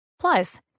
Plus